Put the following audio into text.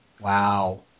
Wow